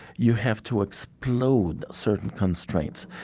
you have to explode certain constraints.